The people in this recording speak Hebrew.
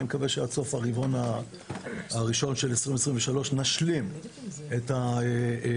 אני מקווה שעד סוף הרבעון הראשון של 2023 נשלים את הקמתן.